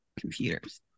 computers